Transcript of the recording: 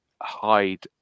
hide